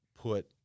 put –